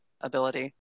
ability